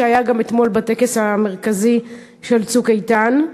שהיה אתמול בטקס המרכזי של "צוק איתן".